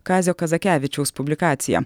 kazio kazakevičiaus publikacija